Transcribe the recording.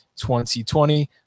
2020